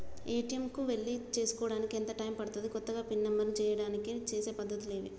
ATM కు వెళ్లి చేసుకోవడానికి ఎంత టైం పడుతది? కొత్తగా పిన్ నంబర్ చేయడానికి చేసే పద్ధతులు ఏవి?